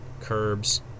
curbs